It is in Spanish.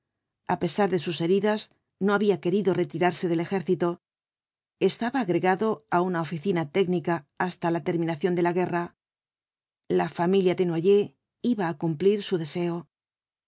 a pesar de sus heridas no había querido retirarse del ejército estaba agregado á una oficina técnica hasta la terminación de la guerra la familia desnoyers iba á cumplir su deseo